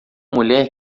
mulher